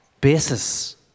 basis